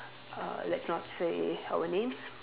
uh let's not say our names